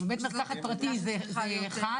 בית מרקחת פרטי זה חל,